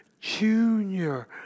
Junior